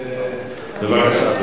בבקשה.